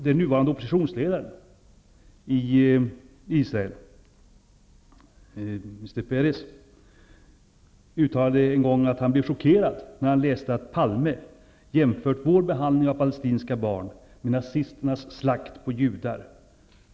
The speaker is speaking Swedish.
Den nuvarande oppositionsledaren Peres i Israel uttalade en gång att han blev chockerad när han läste att Palme jämfört Israels behandling av palestinska barn med nazisternas slakt på judar.